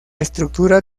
estructura